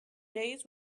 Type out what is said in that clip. days